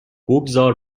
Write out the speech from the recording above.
بگذار